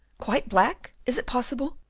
quite black? is it possible?